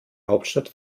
hauptstadt